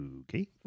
okay